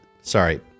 sorry